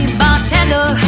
bartender